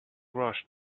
rushed